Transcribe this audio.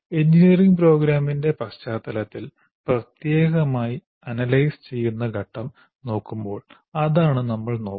engineering പ്രോഗ്രാമിന്റെ പശ്ചാത്തലത്തിൽ പ്രത്യേകമായി അനലൈസ് ചെയ്യുന്ന ഘട്ടം നോക്കുമ്പോൾ അതാണ് നമ്മൾ നോക്കുക